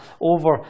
over